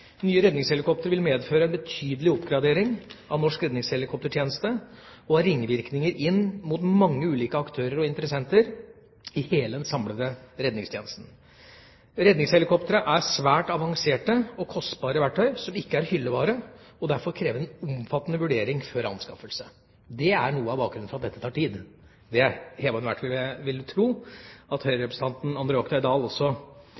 Nye redningshelikoptre vil medføre en betydelig oppgradering av norsk redningshelikoptertjeneste og ha ringvirkninger inn mot mange ulike aktører og interessenter i hele den samlede redningstjenesten. Redningshelikoptre er svært avanserte og kostbare verktøy som ikke er hyllevare, og derfor krever en omfattende vurdering før anskaffelse. Det er noe av bakgrunnen for at dette tar tid, det er hevet over enhver tvil. Og jeg vil tro at Høyre-representanten André Oktay Dahl vet det, fordi dette også